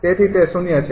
તેથી તે 0 છે